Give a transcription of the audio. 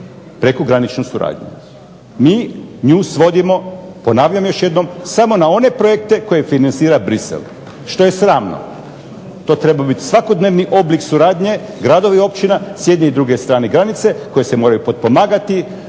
prekograničnu suradnju. Mi nju svodimo ponavljam još jednom samo na one projekte koje financira Bruxelles, što je sramno. To treba biti svakodnevni oblik suradnje gradova i općina s jedne i druge strane granice koje se moraju potpomagati,